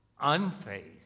unfaith